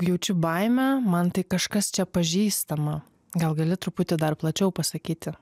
jaučiu baimę man tai kažkas čia pažįstama gal gali truputį dar plačiau pasakyti